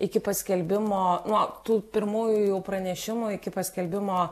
iki paskelbimo nuo tų pirmųjų jau pranešimų iki paskelbimo